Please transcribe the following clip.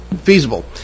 feasible